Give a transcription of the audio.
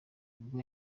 ubwo